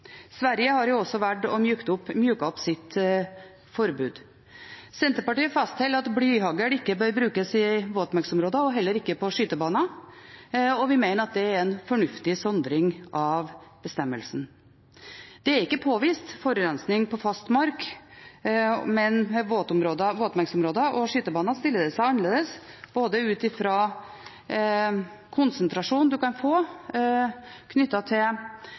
Sverige har også valgt å myke opp sitt forbud. Senterpartiet fastholder at blyhagl ikke bør brukes i våtmarksområder og heller ikke på skytebaner. Vi mener at det er en fornuftig sondring av bestemmelsen. Det er ikke påvist forurensning på fastmark, men med våtmarksområder og skytebaner stiller det seg annerledes, både ut fra konsentrasjonen en kan få knyttet til